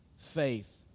faith